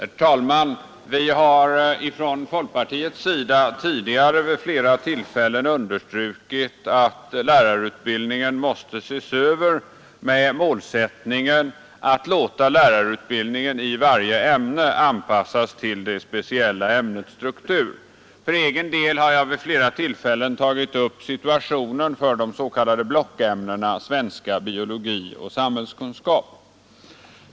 Herr talman! Vi har från folkpartiets sida tidigare vid flera tillfällen understrukit att lärarutbildningen måste ses över med målsättningen att låta lärarutbildningen i varje ämne anpassas till det speciella ämnets struktur. För egen del har jag vid flera tillfällen tagit upp situationen för de s.k. blockämnena svenska, biologi och samhällskunskap.